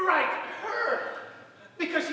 right because